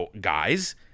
guys